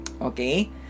Okay